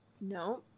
No